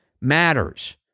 matters